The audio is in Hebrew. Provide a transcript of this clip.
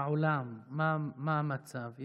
בעולם, מה המצב?